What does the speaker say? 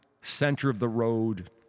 center-of-the-road